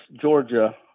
georgia